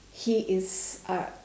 he is uh